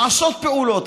נעשות פעולות,